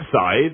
side